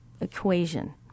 equation